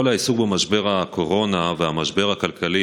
כל העיסוק במשבר הקורונה ובמשבר הכלכלי